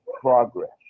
Progress